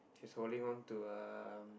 she's holding onto um